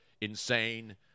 insane